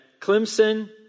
Clemson